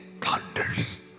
thunders